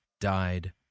died